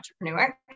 entrepreneur